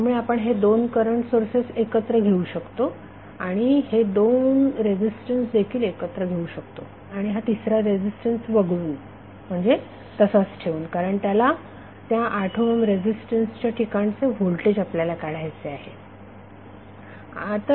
त्यामुळे आपण हे दोन करंट सोर्सेस एकत्र घेऊ शकतो आणि हे दोन रेजिस्टन्स देखील एकत्र घेऊ शकतो हा तिसरा रेझिस्टन्स वगळून म्हणजे तसाच ठेवून कारण त्या 8 ओहम रेझिस्टन्सच्या ठिकाणचे व्होल्टेज आपल्याला काढायचे गरज आहे